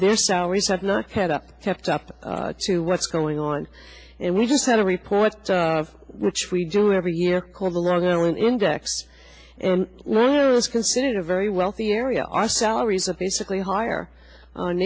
their salaries have not kept up have topped to what's going on and we just had a report which we do every year called the long island index and when it was considered a very wealthy area our salaries are basically hire o